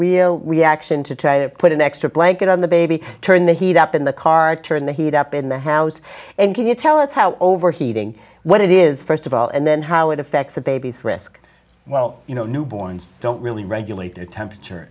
everywhere reaction to try to put an extra blanket on the baby turn the heat up in the car turn the heat up in the house and can you tell us how overheating what it is first of all and then how it affects the baby's risk well you know newborns don't really regulate their temperature